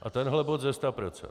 A tenhle bod ze sta procent.